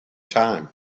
time